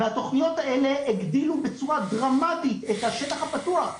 והתוכניות האלה הגדילו בצורה דרמטית את השטח הפתוח.